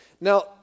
Now